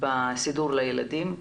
בסידור לילדים.